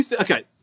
okay